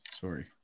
sorry